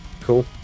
Cool